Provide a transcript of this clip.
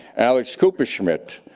alex kupershmidt.